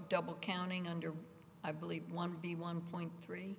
double counting under i believe one b one point three